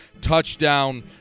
touchdown